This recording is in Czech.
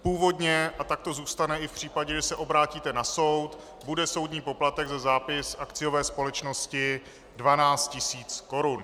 Původně, a tak to zůstane i v případě, že se obrátíte na soud, bude soudní poplatek za zápis akciové společnosti 12 tisíc korun.